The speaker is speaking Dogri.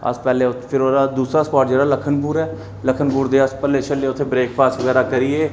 फ्ही ओह्दा दूसरा स्पाट जेह्ड़ा लखनपुर ऐ लखनपुर दे अस भल्ले शल्ले उत्थै ब्रेकफास्ट बगैरा करियै